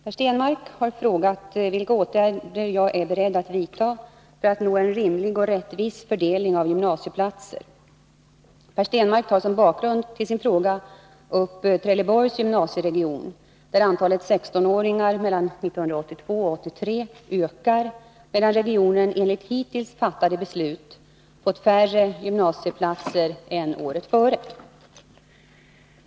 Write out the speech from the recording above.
Herr talman! Per Stenmarck har frågat vilka åtgärder jag är beredd att vidta för att nå en rimlig och rättvis fördelning av gymnasieplatser. Per Stenmarck tar som bakgrund till sin fråga upp Trelleborgs gymnasieregion, där antalet 16-åringar mellan 1982 och 1983 ökar, medan regionen enligt hittills fattade beslut fått färre gymnasieplatser än året före.